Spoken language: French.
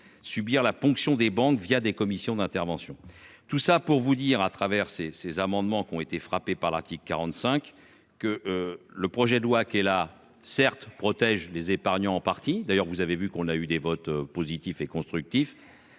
subir la ponction des banques via des commissions d'intervention, tout ça pour vous dire à travers ces ces amendements qui ont été frappés par l'45, que le projet de loi qui est là certes protège les épargnants en partie d'ailleurs vous avez vu qu'on a eu des votes positifs et constructifs.